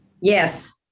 Yes